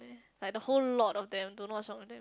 like the whole lot of them don't know what's wrong with them